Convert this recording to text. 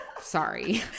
Sorry